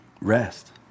rest